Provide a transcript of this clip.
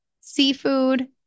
seafood